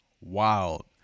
wild